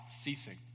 ceasing